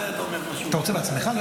אתה רוצה לעצמך?